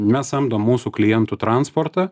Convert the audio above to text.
mes samdom mūsų klientų transportą